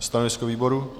Stanovisko výboru?